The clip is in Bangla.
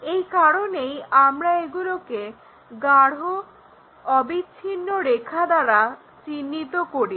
এই কারণেই আমরা এগুলিকে গাঢ় অবিচ্ছিন্ন রেখা দ্বারা চিহ্নিত করি